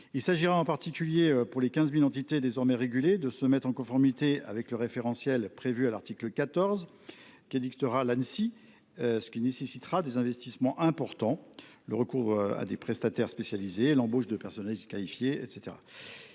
Il s’agira en particulier pour les 15 000 entités désormais régulées de se mettre en conformité avec le référentiel prévu à l’article 14 qu’édictera l’Anssi, ce qui nécessitera des investissements importants, le recours à des prestataires spécialisées, l’embauche de personnel qualifié, etc.